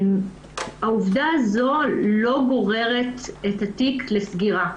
העובדה הזו לא גוררת את התיק לסגירה.